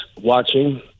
watching